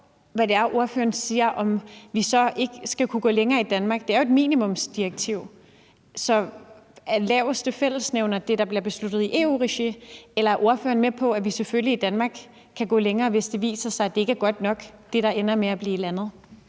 hvad ordføreren siger om, at vi ikke skal gå længere i Danmark. Det er jo et minimumsdirektiv. Er laveste fællesnævner det, der bliver besluttet i EU-regi, eller er ordføreren med på, at vi selvfølgelig i Danmark kan gå længere, hvis det viser sig, at det, der ender med at blive landet,